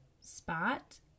spot